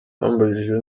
yambajije